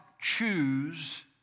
choose